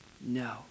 No